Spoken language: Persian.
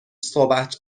صحبت